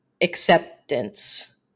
acceptance